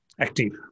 active